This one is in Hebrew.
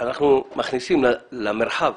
למרחב